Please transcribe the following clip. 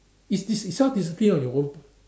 it's it's it's self discipline on your own